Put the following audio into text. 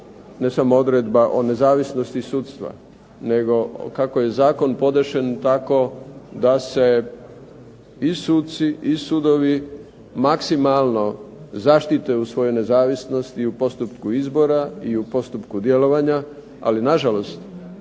ne samo odredba o nezavisnosti sudstva, nego kako je zakon podešen tako da se i suci i sudovi maksimalno zaštite u svojoj nezavisnosti i u postupku izbora i u postupku djelovanja, ali nažalost